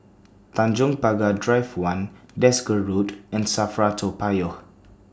Tanjong Pagar Drive one Desker Road and SAFRA Toa Payoh